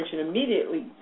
immediately